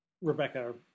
rebecca